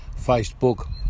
Facebook